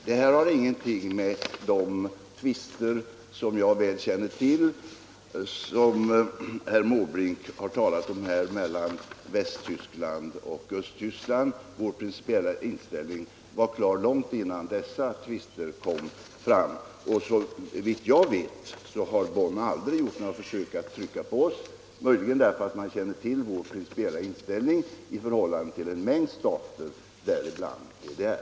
Detta har ingenting att göra med de tvister mellan Västtyskland och Östtyskland som jag väl känner till och som herr Måbrink har talat om här. Vår principiella inställning var klar långt innan dessa tvister kom i dagen. Såvitt jag vet har Bonn aldrig gjort några försök att trycka på oss —- möjligen därför att man känner till vår principiella inställning till en mängd stater, däribland DDR.